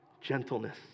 Gentleness